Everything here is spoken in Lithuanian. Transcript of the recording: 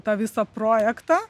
tą visą projektą